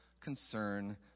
concern